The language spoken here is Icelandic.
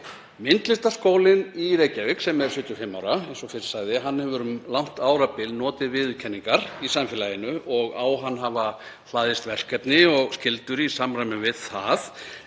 Myndlistaskólinn í Reykjavík, sem er 75 ára, eins og fyrr sagði, hefur um langt árabil notið viðurkenningar í samfélaginu og á hann hafa hlaðist verkefni og skyldur í samræmi við það.